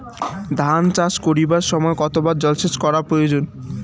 ধান চাষ করিবার সময় কতবার জলসেচ করা প্রয়োজন?